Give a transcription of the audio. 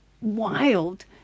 wild